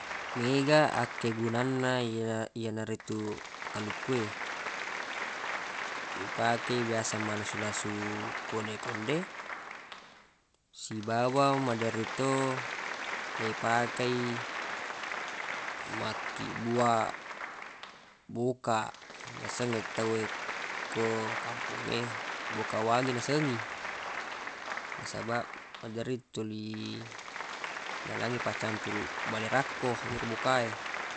Mega akkegunanna ye- yenaritu kaluku e ipake i biasa mannasu-nasu konde-konde sibawa maderri to le pakei makkibbuaq boka nasengnge tawwe ko kampongnge boka wangi nasengi nasabaq maderri tuli nalangngi paccampuru bale rakko yero boka e